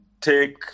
take